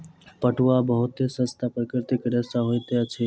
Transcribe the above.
पटुआ बहुत सस्ता प्राकृतिक रेशा होइत अछि